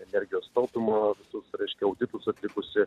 energijos taupymo visus reiškia auditus atlikusi